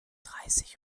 dreißig